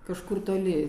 kažkur toli